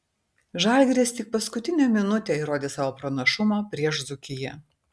žalgiris tik paskutinę minutę įrodė savo pranašumą prieš dzūkiją